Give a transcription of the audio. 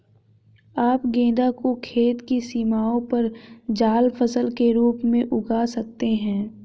आप गेंदा को खेत की सीमाओं पर जाल फसल के रूप में उगा सकते हैं